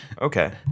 Okay